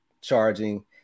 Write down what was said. charging